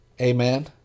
Amen